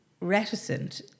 reticent